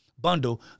bundle